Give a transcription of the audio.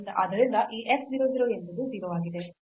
ಆದ್ದರಿಂದ ಈ f 0 0 ಎಂಬುದು 0 ಆಗಿದೆ